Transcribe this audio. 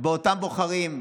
באותם בוחרים.